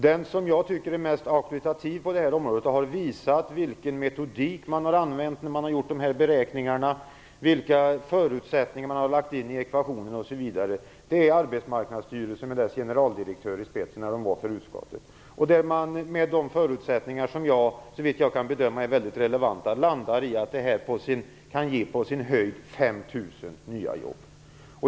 Den som jag tycker är mest auktoritativ på detta område, som har visat vilken metodik man har använt vid beräkningarna, vilka förutsättningar man har lagt in i ekvationerna osv., är Arbetsmarknadsstyrelsen med sin generaldirektör i spetsen, när man var i utskottet. Med de förutsättningar som, såvitt jag kan bedöma, är väldigt relevanta landar man på att det kan ge på sin höjd 5 000 nya jobb.